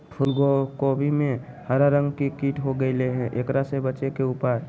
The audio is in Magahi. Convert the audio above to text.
फूल कोबी में हरा रंग के कीट हो गेलै हैं, एकरा से बचे के उपाय?